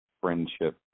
friendship